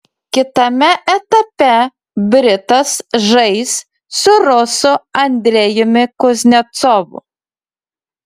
kitame etape britas žais su rusu andrejumi kuznecovu